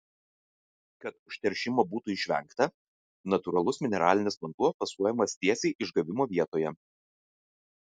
kad užteršimo būtų išvengta natūralus mineralinis vanduo fasuojamas tiesiai išgavimo vietoje